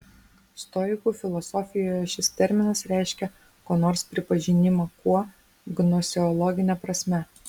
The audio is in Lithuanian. stoikų filosofijoje šis terminas reiškia ko nors pripažinimą kuo gnoseologine prasme